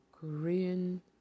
Korean